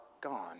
gone